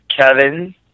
Kevin